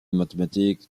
mathématiques